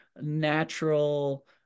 natural